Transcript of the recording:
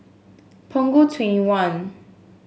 Punggol Twenty one